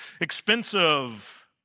expensive